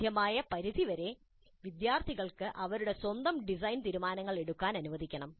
സാധ്യമായ പരിധി വരെ വിദ്യാർത്ഥികൾക്ക് അവരുടെ സ്വന്തം ഡിസൈൻ തീരുമാനങ്ങൾ എടുക്കാൻ അനുവദിക്കണം